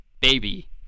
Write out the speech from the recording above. baby